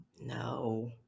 No